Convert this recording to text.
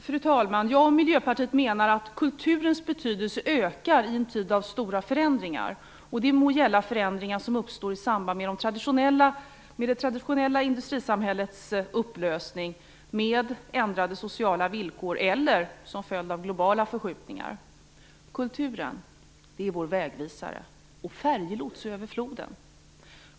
Fru talman! Jag och Miljöpartiet menar att kulturens betydelse ökar i en tid av stora förändringar, och det må gälla förändringar som uppstår i samband med det traditionella industrisamhällets upplösning med ändrade sociala villkor eller som följd av globala förskjutningar. Kulturen är vår vägvisare och färjelots över floden.